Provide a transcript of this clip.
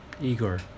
Igor